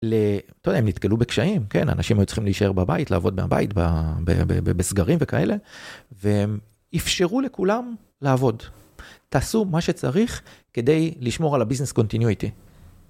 לא יודע, הם נתקלו בקשיים, כן? אנשים היו צריכים להישאר בבית, לעבוד מהבית, בסגרים וכאלה, והם איפשרו לכולם לעבוד. תעשו מה שצריך כדי לשמור על ה-Business Continuity.